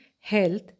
health